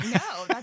No